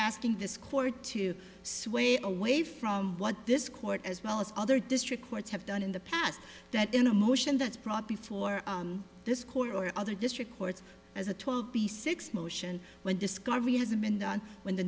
asking this court to sway away from what this court as well as other district courts have done in the past that in a motion that's brought before this court or other district courts as a twelve b six motion when discovery has been done when the